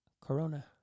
Corona